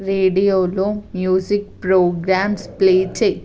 రేడియోలో music programmes play చేయి